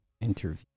Interview